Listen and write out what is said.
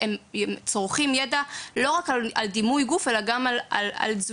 הם צורכים ידע לא רק על דימוי גוף אלא גם על תזונה,